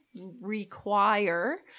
require